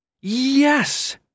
Yes